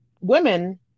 women